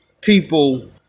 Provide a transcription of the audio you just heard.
people